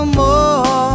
more